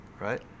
right